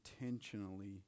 intentionally